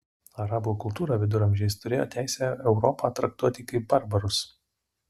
arabų kultūra viduramžiais turėjo teisę europą traktuoti kaip barbarus